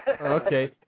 okay